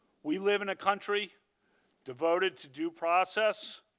we live in a country devoted to due process,